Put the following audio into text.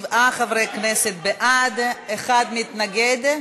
77 חברי כנסת בעד, אחד מתנגד.